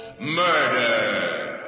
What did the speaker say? Murder